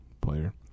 player